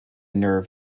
nerve